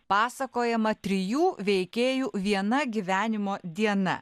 pasakojama trijų veikėjų viena gyvenimo diena